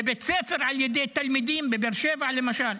בבית ספר, על ידי תלמידים, בבאר שבע, למשל,